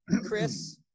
Chris